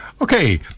Okay